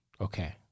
Okay